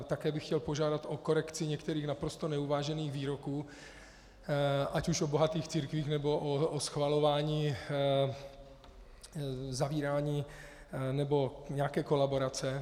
Také bych chtěl požádat o korekci některých naprosto neuvážených výroků ať už o bohatých církvích, nebo o schvalování zavírání nebo nějaké kolaborace.